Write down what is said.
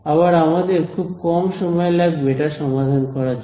আবার আমাদের খুব কম সময় লাগবে এটা সমাধান করার জন্য